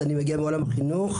אני מגיע מעולם החינוך,